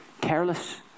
careless